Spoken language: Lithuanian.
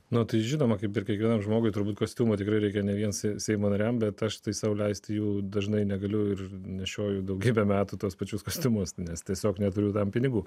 na tai žinoma kaip ir kiekvienam žmogui turbūt kostiumo tikrai reikia ne vien su seimo nariams bet aš tai sau leisti jų dažnai negaliu ir nešioju daugybę metų tuos pačius kostiumus nes tiesiog neturiu tam pinigų